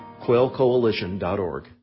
quailcoalition.org